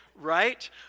Right